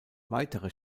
weitere